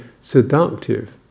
seductive